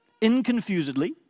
inconfusedly